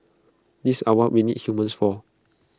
these are what we need humans for